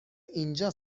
اینجا